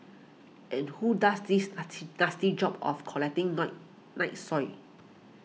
and who does this natty nasty job of collecting night night soil